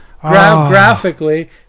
graphically